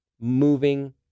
moving